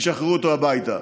ישחררו אותו הביתה.